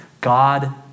God